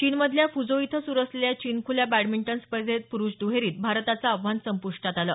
चीनमधल्या फुझोऊ इथं सुरु असलेल्या चीन खुल्या बॅडमिंटन स्पर्धेत पुरुष दुहेरीत भारताचं आव्हान संपुष्टात आलं